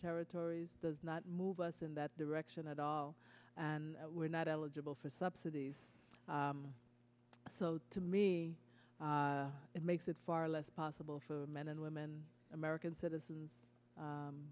territories does not move us in that direction at all and we're not eligible for subsidies so to me it makes it far less possible for men and women american citizens